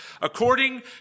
according